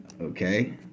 Okay